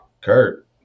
Kurt